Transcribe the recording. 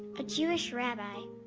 a jewish rabbi.